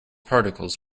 particles